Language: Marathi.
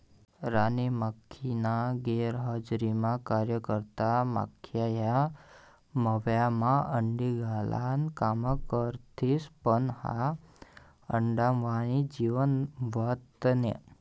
राणी माखीना गैरहजरीमा कार्यकर्ता माख्या या मव्हायमा अंडी घालान काम करथिस पन वा अंडाम्हाईन जीव व्हत नै